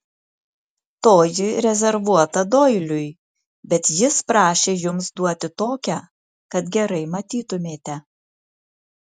toji rezervuota doiliui bet jis prašė jums duoti tokią kad gerai matytumėte